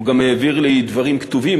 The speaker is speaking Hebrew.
הוא גם העביר לי דברים כתובים.